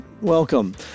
Welcome